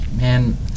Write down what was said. man